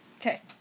Okay